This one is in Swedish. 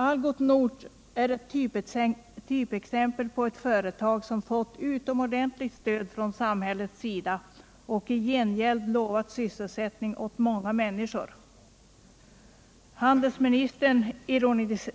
Algots Nord är ett typexempel på ett företag som fått utomordentligt stöd från samhället och i gengäld lovat sysselsättning åt många människor. Handelsministern